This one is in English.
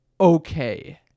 okay